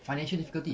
financial difficulty